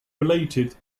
related